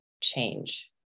change